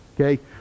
okay